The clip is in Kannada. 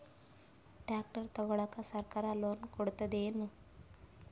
ಟ್ರ್ಯಾಕ್ಟರ್ ತಗೊಳಿಕ ಸರ್ಕಾರ ಲೋನ್ ಕೊಡತದೇನು?